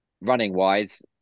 running-wise